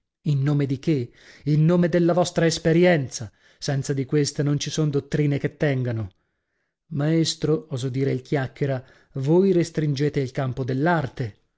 in nome di che in nome della vostra esperienza senza di questa non ci son dottrine che tengano maestro osò dire il chiacchiera voi restringete il campo dell'arte